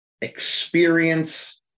experience